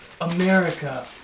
America